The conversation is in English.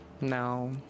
No